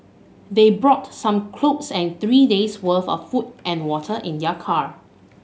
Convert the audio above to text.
they brought some clothes and three days' worth of food and water in their car